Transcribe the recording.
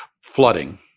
flooding